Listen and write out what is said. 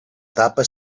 tapa